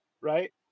Right